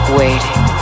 waiting